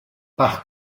par